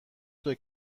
توئه